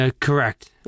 correct